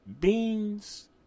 beans